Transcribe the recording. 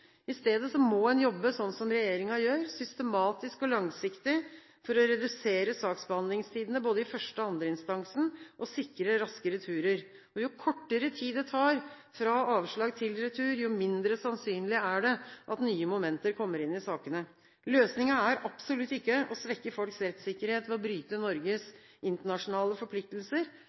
I stedet må en jobbe, slik regjeringen gjør, systematisk og langsiktig for å redusere saksbehandlingstidene både i førsteinstansen og i andreinstansen og for å sikre raske returer. Jo kortere tid det tar fra avslag til retur, jo mindre sannsynlig er det at nye momenter kommer inn i sakene. Løsningen er absolutt ikke å svekke folks rettssikkerhet ved å bryte Norges internasjonale forpliktelser.